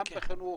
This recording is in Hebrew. גם בחינוך,